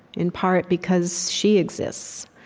in part, because she exists.